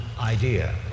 idea